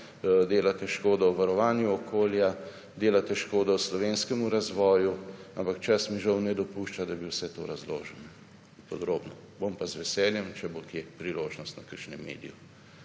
delate škodo varovanju okolja, delate škodo slovenskem razvoju, ampak čas mi žal ne dopušča, da bi vse to razložil podrobno. Bom pa z veseljem, če bo kje priložnost na kakšnem mediju.